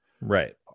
Right